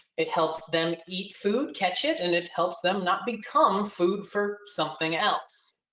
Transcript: it helps them eat food, catch it, and it helps them not become food for something else.